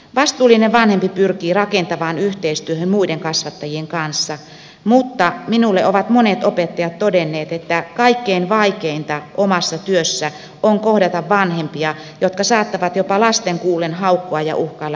vastuullinen vanhempi pyrkii rakentavaan yhteistyöhön muiden kasvattajien kanssa mutta minulle ovat monet opettajat todenneet että kaikkein vaikeinta omassa työssä on kohdata vanhempia jotka saattavat jopa lasten kuullen haukkua ja uhkailla opettajaa